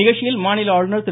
நிகழ்ச்சியில் மாநில ஆளுநர் திரு